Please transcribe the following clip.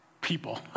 people